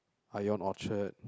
Ion-Orchard